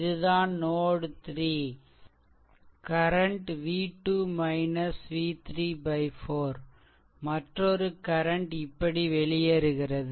இதுதான் நோட்3 current v2 v3 4 மற்றொரு கரன்ட் இப்படி வெளியேறுகிறது